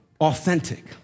authentic